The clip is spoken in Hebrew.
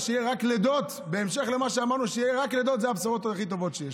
ושיהיו רק לידות, אלו הבשורות הכי טובות שיש.